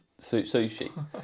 sushi